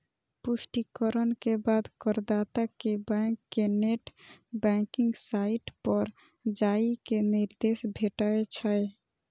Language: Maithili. पुष्टिकरण के बाद करदाता कें बैंक के नेट बैंकिंग साइट पर जाइ के निर्देश भेटै छै